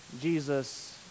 Jesus